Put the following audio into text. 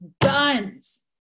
guns